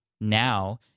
now